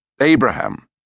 Abraham